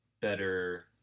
better